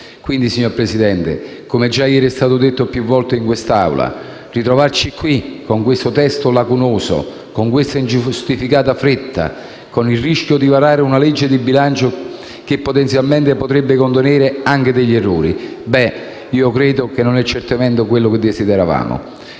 Quindi, signor Presidente, come già ieri è stato detto più volte in quest'Aula, ritrovarci qui con un testo lacunoso, con una ingiustificata fretta, con il rischio di varare una legge di bilancio che potenzialmente potrebbe contenere anche degli errori non è certamente quello che desideravamo.